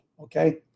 okay